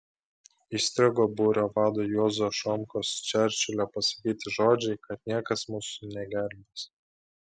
įstrigo būrio vado juozo šomkos čerčilio pasakyti žodžiai kad niekas mūsų negelbės